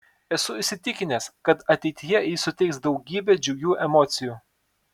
esu įsitikinęs kad ateityje ji suteiks daugybę džiugių emocijų